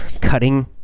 cutting